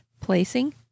placing